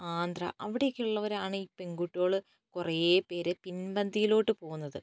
ആന്ധ്ര അവിടെയൊക്കെ ഉള്ളവരാണ് ഈ പെൺകുട്ടികൾ കുറെ പേര് പിൻപന്തിയിലോട്ട് പോകുന്നത്